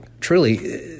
Truly